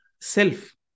self